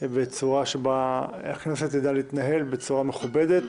בצורה שבה הכנסת תדע להתנהל בצורה מכובדת